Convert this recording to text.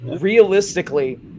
realistically